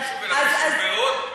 לא רק חשוב, אלא חשוב מאוד.